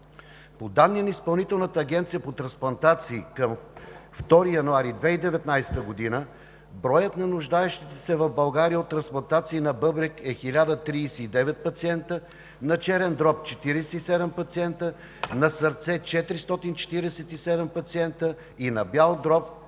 По данни на Изпълнителната агенция по трансплантация към 2 януари 2019 г., броят на нуждаещите се в България от трансплантации на бъбрек е 1039 пациенти, на черен дроб – 47, на сърце – 447 и на бял дроб –